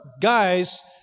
guys